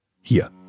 hier